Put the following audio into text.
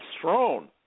throne